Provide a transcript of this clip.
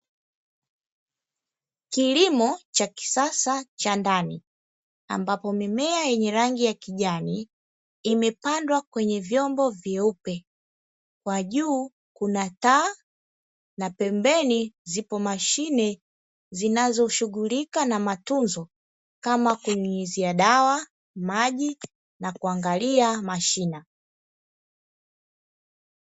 Kilimo cha kisasa cha ndani ambapo mimea yenye rangi ya kijani, imepandwa kwenye vyombo vyeupe, kwa juu kuna taa na pembeni zipo mashine zinazoshughulika na matunzo kama kunyunyizia dawa, maji na kuangalia mashina.